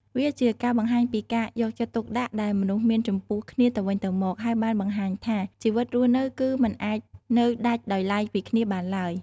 វាជាការបង្ហាញពីការយកចិត្តទុកដាក់ដែលមនុស្សមានចំពោះគ្នាទៅវិញទៅមក ហើយបានបង្ហាញថាជីវិតរស់នៅគឺមិនអាចនៅដាច់ដោយឡែកពីគ្នាបានឡើយ។